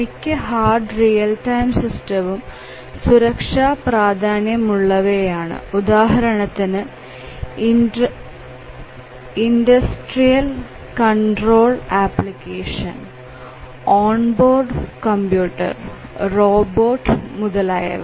മിക്ക hard real time സിസ്റ്റവും സുരക്ഷാ പ്രാധാന്യമുള്ളവയാണ് ഉദാഹരണത്തിന് industrial control applications on board computer robot മുതലായവ